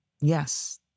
Yes